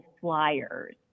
flyers